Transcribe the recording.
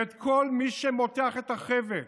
ואת כל מי שמותח את החבל